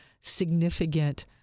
significant